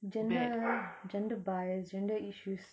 gender gender bias gender issues